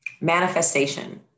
Manifestation